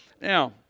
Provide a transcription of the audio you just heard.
Now